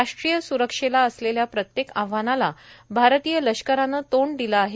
राष्ट्रीय सुरक्षेला असलेल्या प्रत्येक आव्हानाला भारतीय लष्करानं तोंड दिलं आहे